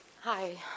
Hi